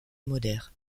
moder